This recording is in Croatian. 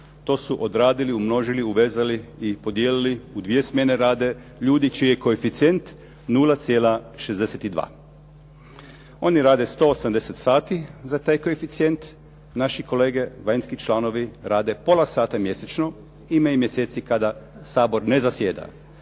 to su odradili, umnožili, uvezali i podijelili, u 2 smjene rade ljudi čiji je koeficijent 0,62. Oni rade 180 sati za taj koeficijent, naši kolege vanjski članovi rade pola sata mjesečno, ima i mjeseci kada Sabor ne zasjeda.